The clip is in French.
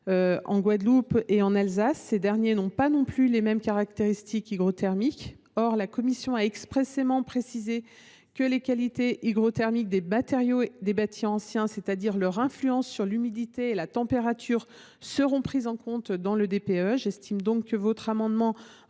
en Guadeloupe et en Alsace ; ces derniers n’ont pas non plus les mêmes caractéristiques hygrothermiques. Or la commission a expressément précisé que les qualités hygrothermiques des matériaux des bâtis anciens, c’est à dire leur influence sur l’humidité et la température, seront prises en compte dans le cadre du DPE. J’estime que l’adoption de votre amendement